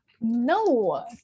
No